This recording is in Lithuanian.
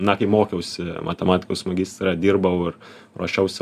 na kai mokiausi matematikos magistrą dirbau ir ruošiausi